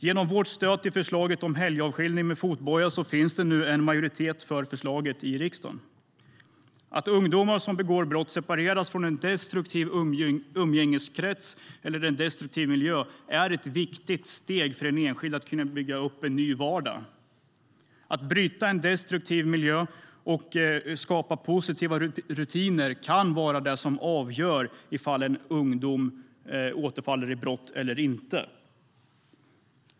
Genom vårt stöd till förslaget om helgavskiljning med fotboja finns det nu en majoritet för förslaget i riksdagen. Att ungdomar som begår brott separeras från en destruktiv umgängeskrets eller en destruktiv miljö är ett viktigt steg för den enskilde i att kunna bygga upp en ny vardag. Att bryta en destruktiv miljö och skapa positiva rutiner kan vara det som avgör om en ungdom återfaller i brott eller inte.